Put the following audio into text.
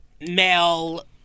male